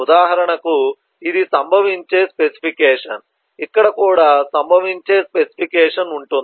ఉదాహరణకు ఇది సంభవించే స్పెసిఫికేషన్ ఇక్కడ కూడా సంభవించే స్పెసిఫికేషన్ ఉంటుంది